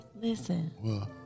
Listen